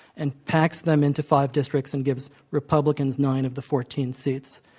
and packs them into five districts and gives republicans nine of the fourteen seats.